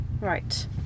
right